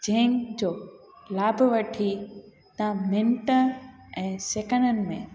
जंहिंजो लाभ वठी तव्हां मिंट ऐं सेकंडनि में